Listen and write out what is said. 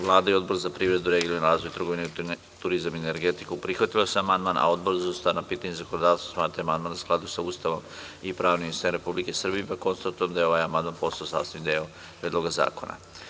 Vlada i Odbor za privredu, regionalni razvoj, trgovinu, turizam i energetiku prihvatili su amandman, a Odbor za ustavna pitanja i zakonodavstvo smatra da je amandman u skladu sa Ustavom i pravnim sistemom Republike Srbije, pa konstatujem da je ovaj amandman postao sastavni deo Predloga zakona.